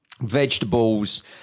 vegetables